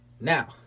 Now